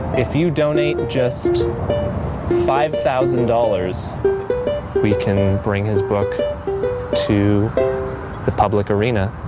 if you donate just five thousand dollars we can bring his book to the public arena.